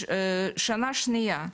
שנה שנייה,